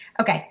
Okay